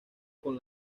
con